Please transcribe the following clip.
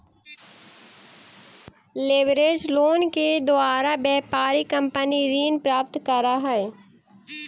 leverage loan के द्वारा व्यापारिक कंपनी ऋण प्राप्त करऽ हई